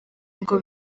ngo